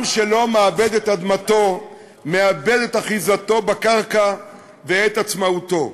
עם שלא מעבד את אדמתו מאבד את אחיזתו בקרקע ואת עצמאותו.